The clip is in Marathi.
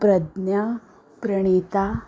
प्रज्ञा प्रणीता